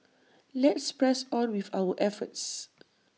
let's press on with our efforts